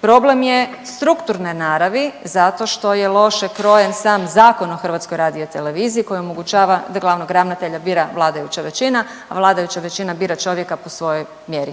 problem je strukturne naravi zato što je loše krojen sam Zakon o HRT-u koji omogućava da glavnog ravnatelja bira vladajuća većina, a vladajuća većina bira čovjeka po svojoj mjeri.